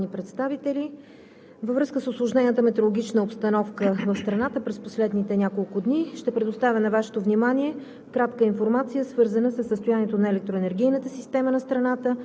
Благодаря, уважаема госпожо Председател. Уважаеми дами и господа народни представители! Във връзка с усложнената метеорологична обстановка в страната през последните няколко дни ще предоставя на Вашето внимание